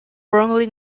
wrongly